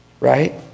Right